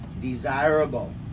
Desirable